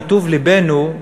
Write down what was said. מטוב לבנו,